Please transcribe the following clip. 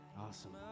Awesome